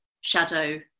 shadow